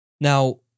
Now